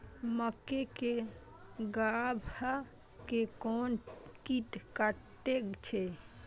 मक्के के गाभा के कोन कीट कटे छे?